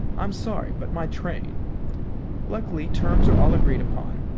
i'm sorry, but my train luckily terms are all agreed upon.